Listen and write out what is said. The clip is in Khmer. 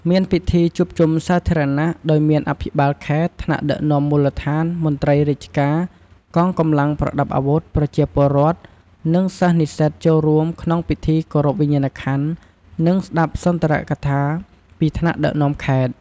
មានពិធីជួបជុំសាធារណៈ ដោយមានអភិបាលខេត្ត ថ្នាក់ដឹកនាំមូលដ្ឋាន មន្ត្រីរាជការ កងកម្លាំងប្រដាប់អាវុធ ប្រជាពលរដ្ឋ និងសិស្សនិស្សិតចូលរួមក្នុងពិធីគោរពវិញ្ញាណក្ខន្ធ និងស្ដាប់សុន្ទរកថាពីថ្នាក់ដឹកនាំខេត្ត។